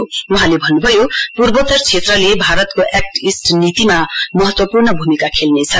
श्री सृङ्गलाले भन्न्भयो पूर्वोतर क्षेत्रले भारतको एक्ट इष्ट नीतिमा महत्वपूर्व भूमिका खेल्नेछ